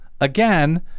Again